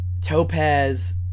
Topaz